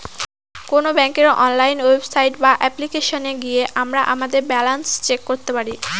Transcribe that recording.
কোন ব্যাঙ্কের online website বা অ্যাপ্লিকেশনে গিয়ে আমরা আমাদের ব্যালান্স চেক করতে পারি